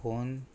phone